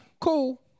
cool